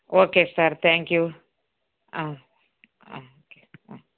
okay sir thank you okay